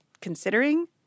considering